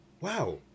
Wow